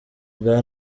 bwa